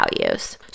values